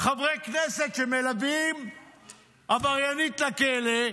חברי כנסת שמלווים עבריינית לכלא,